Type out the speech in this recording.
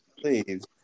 Please